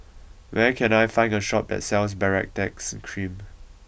where can I find a shop that sells Baritex cream